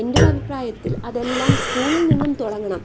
എന്റെ ഒരഭിപ്രായത്തിൽ അതെല്ലാം സ്കൂളിൽ നിന്നും തുടങ്ങണം